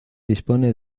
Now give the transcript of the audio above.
dispone